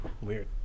Weird